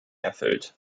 erfüllt